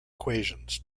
equations